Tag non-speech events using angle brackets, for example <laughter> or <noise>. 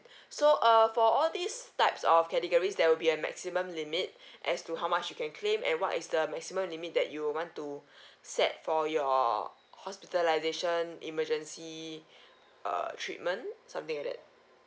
<breath> so err for all these types of categories there will be a maximum limit <breath> as to how much you can claim and what is the maximum limit that you want to <breath> set for your hospitalisation emergency err treatment something like that